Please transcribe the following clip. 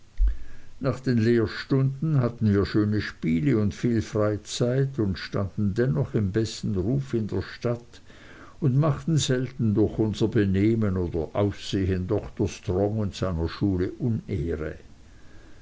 nach den lehrstunden hatten wir schöne spiele und viel freiheit und standen dennoch im besten ruf in der stadt und machten selten durch unser benehmen oder aussehen dr strong und seiner schule unehre